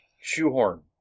shoehorn